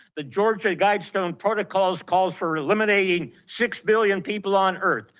the georgia guidestones protocols calls for eliminating six billion people on earth.